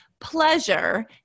pleasure